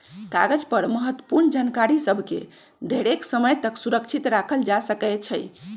कागज पर महत्वपूर्ण जानकारि सभ के ढेरेके समय तक सुरक्षित राखल जा सकै छइ